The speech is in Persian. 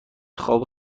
خواب